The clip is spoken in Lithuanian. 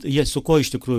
jie su kuo iš tikrųjų